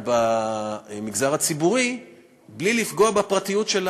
במגזר הציבורי בלי לפגוע בפרטיות של העובד.